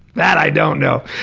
that i don't know.